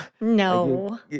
No